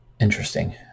interesting